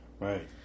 Right